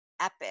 epic